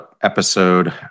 episode